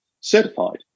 certified